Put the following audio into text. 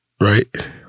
right